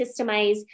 systemize